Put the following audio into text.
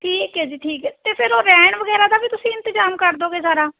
ਠੀਕ ਹੈ ਜੀ ਠੀਕ ਹੈ ਅਤੇ ਫਿਰ ਉਹ ਰਹਿਣ ਵਗੈਰਾ ਦਾ ਵੀ ਤੁਸੀਂ ਇੰਤਜ਼ਾਮ ਕਰ ਦੋਂਗੇ ਸਾਰਾ